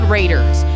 Raiders